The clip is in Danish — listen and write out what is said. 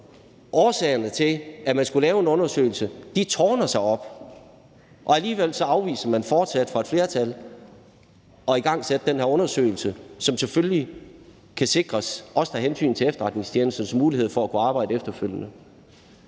Årsagerne til, at man skulle lave en undersøgelse, tårner sig op. Alligevel afviser man fortsat fra flertallets side at igangsætte den her undersøgelse, som selvfølgelig kan sikres, så efterretningstjenesterne har mulighed for at kunne arbejde efterfølgende.